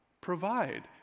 provide